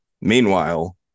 Meanwhile